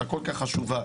הכל כך חשובה,